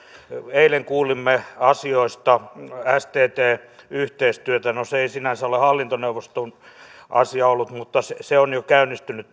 eilen kuulimme asioista stt yhteistyö no se ei sinänsä ole hallintoneuvoston asia ollut mutta se yhteistyö sttn kanssa on jo käynnistynyt